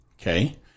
Okay